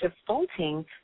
defaulting